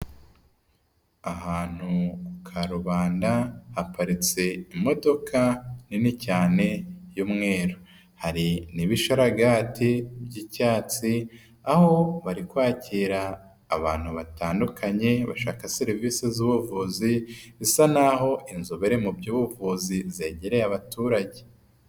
Ahantu ku karubanda haparitse imodoka nini cyane y'umweru, hari n'ibishararaga by'icyatsi, aho bari kwakira abantu batandukanye bashaka serivisi z'ubuvuzi, zisa naho inzobere mu by'ubuvuzi zegereye abaturage.